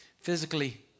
physically